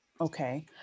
Okay